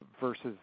versus